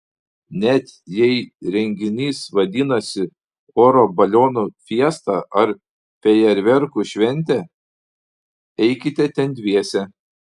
net jei renginys vadinasi oro balionų fiesta ar fejerverkų šventė eikite ten dviese